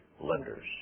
lenders